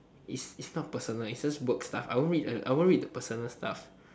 is it's not personal it's just work stuff I won't read the personal stuff